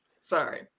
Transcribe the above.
Sorry